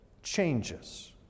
changes